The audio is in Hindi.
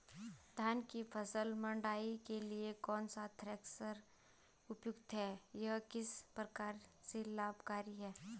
धान की फसल मड़ाई के लिए कौन सा थ्रेशर उपयुक्त है यह किस प्रकार से लाभकारी है?